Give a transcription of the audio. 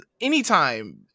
anytime